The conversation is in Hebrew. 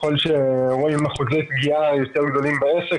ככל שרואים אחוזי פגיעה יותר גדולים בעסק,